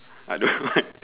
I don't want